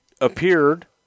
appeared